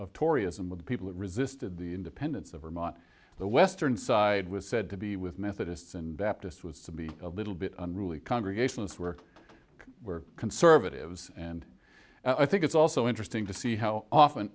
of toryism of the people who resisted the independence of vermont the western side was said to be with methodists and baptists was to be a little bit unruly congregations work were conservatives and i think it's also interesting to see how often